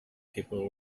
people